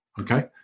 okay